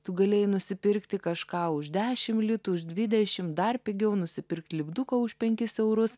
tu galėjai nusipirkti kažką už dešim litų už dvidešim dar pigiau nusipirkt lipduką už penkis eurus